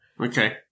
Okay